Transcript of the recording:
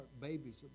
Babies